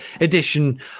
edition